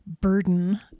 burden